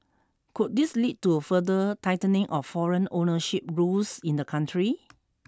could this lead to further tightening of foreign ownership rules in the country